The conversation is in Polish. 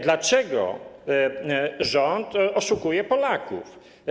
Dlaczego rząd oszukuje Polaków?